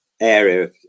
area